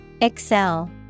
Excel